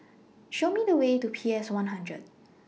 Show Me The Way to P S one hundred